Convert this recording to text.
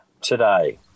today